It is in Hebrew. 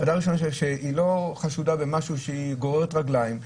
ועדה שלא חשודה שהיא גוררת רגלים,